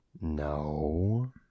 No